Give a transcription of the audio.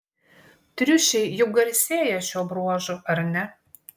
triušiai juk garsėja šiuo bruožu ar ne